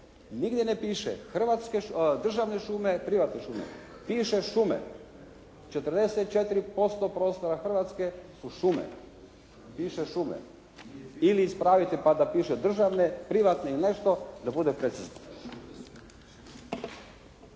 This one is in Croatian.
Nigdje ne piše hrvatske, državne šume, privatne šume. Piše šume. 44% prostora Hrvatske su šume, piše šume. Ili ispravite pa da piše državne, privatne i nešto da bude precizno.